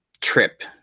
trip